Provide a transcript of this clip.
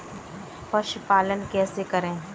पशुपालन कैसे करें?